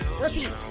Repeat